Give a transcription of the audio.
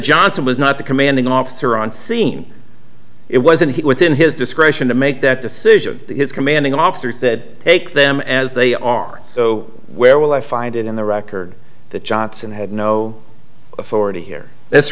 johnson was not the commanding officer on scene it wasn't within his discretion to make that decision his commanding officer said take them as they are so where will i find in the record that johnson had no authority here